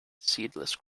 seedless